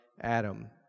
Adam